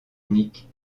unique